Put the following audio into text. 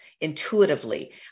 intuitively